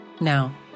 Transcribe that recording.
Now